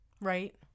right